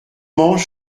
mange